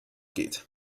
geht